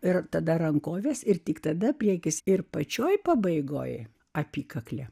ir tada rankoves ir tik tada priekis ir pačioje pabaigoje apykaklė